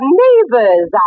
neighbors